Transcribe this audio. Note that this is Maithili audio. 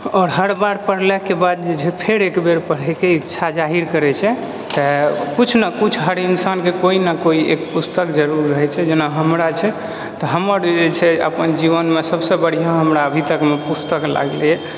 आओर हर बार पढलाके बाद जे छै फेर एकबेर पढैके इच्छा जाहिर करै छै तऽ किछु ने किछु हर इंसानके कोइ ने कोइ एक पुस्तक जरुर रहै छै जेना हमरा छै तऽ हमर जे छै अपन जीवनमे सबसँ बढ़िआँ हमरा अभी तकमे पुस्तक लागलै यऽ